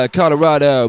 Colorado